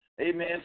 amen